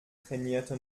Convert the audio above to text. trainierte